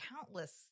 countless